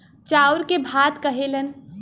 चाउर के भात कहेलन